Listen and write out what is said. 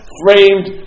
framed